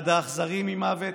עד האכזרי ממוות: